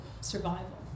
survival